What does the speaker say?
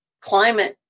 climate